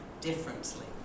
differently